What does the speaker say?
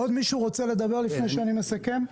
עוד מישהו רוצה לדבר לפני שאני מסכם?